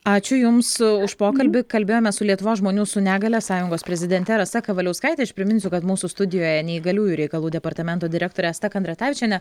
ačiū jums už pokalbį kalbėjome su lietuvos žmonių su negalia sąjungos prezidente rasa kavaliauskaite aš priminsiu kad mūsų studijoje neįgaliųjų reikalų departamento direktorė asta kandratavičienė